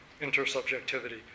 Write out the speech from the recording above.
intersubjectivity